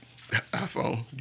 iPhone